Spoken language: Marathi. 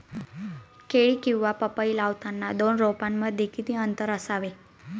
केळी किंवा पपई लावताना दोन रोपांमध्ये किती अंतर असावे?